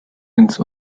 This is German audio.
ins